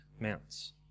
mounts